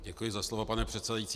Děkuji za slovo, pane předsedající.